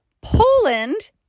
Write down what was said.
Poland